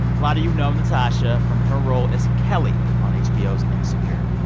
lot of you know natasha from her role as kelli on hbo's insecure.